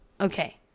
Okay